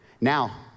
Now